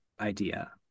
idea